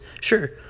Sure